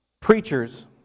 preachers